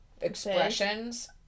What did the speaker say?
expressions